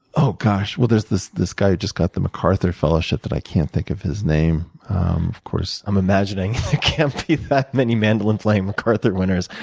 oh, gosh. well, there's this this guy who just got the macarthur fellowship, but i can't think of his name. of course, i'm imagining can't be that many mandolin player macarthur winners.